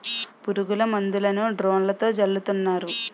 పురుగుల మందులను డ్రోన్లతో జల్లుతున్నారు